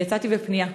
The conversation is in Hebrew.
אני יצאתי בפנייה,